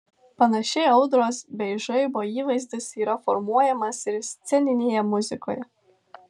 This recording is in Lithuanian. panašiai audros bei žaibo įvaizdis yra formuojamas ir sceninėje muzikoje